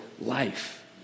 life